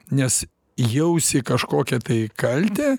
nes jausi kažkokią tai kaltę